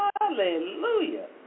Hallelujah